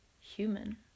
human